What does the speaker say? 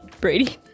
Brady